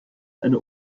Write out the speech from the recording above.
eine